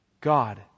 God